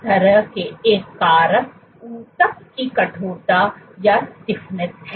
और इस तरह के एक कारक ऊतक की कठोरता है